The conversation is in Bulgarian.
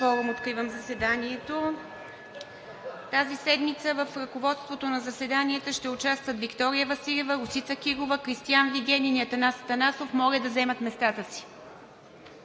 Откривам заседанието. Тази седмица в ръководството на заседанията ще участват Виктория Василева, Росица Кирова, Кристиан Вигенин и Атанас Атанасов. Моля да заемат местата си.